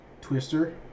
Twister